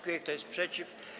Kto jest przeciw?